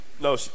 No